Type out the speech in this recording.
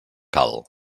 cal